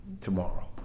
tomorrow